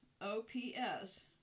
O-P-S